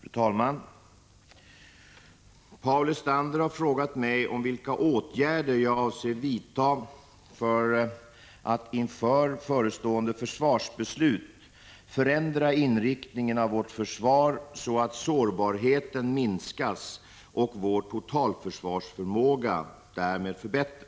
Fru talman! Paul Lestander har frågat mig vilka åtgärder jag avser vidta för att inför förestående försvarsbeslut förändra inriktningen av vårt försvar så att sårbarheten minskas och vår totalförsvarsförmåga därmed förbättras. Prot.